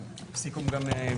אני רוצה להוסיף גם מבחינתנו